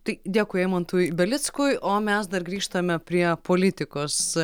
tai dėkui eimantui belickui o mes dar grįžtame prie politikos